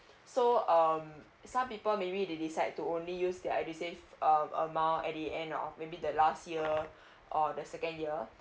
so um some people maybe they decide to only use their eudsave um amount at the end of maybe the last year or the second year